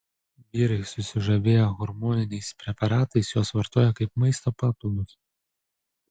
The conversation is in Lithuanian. vyrai susižavėję hormoniniais preparatais juos vartoja kaip maisto papildus